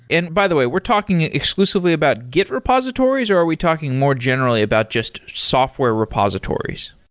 and by the way, we're talking exclusively about git repositories or are we talking more generally about just software repositories?